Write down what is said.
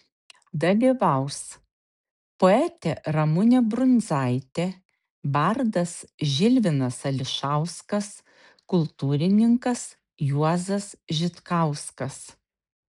dalyvaus poetė ramunė brundzaitė bardas žilvinas ališauskas kultūrininkas juozas žitkauskas